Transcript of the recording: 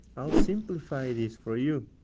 i'll simplify this for you!